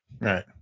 right